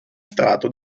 strato